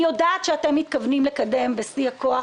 אני יודעת שאתם מתכוונים לקדם בשיא הכוח